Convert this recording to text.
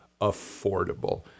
affordable